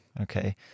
Okay